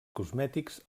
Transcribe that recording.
cosmètics